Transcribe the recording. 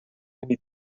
huit